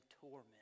torment